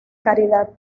caridad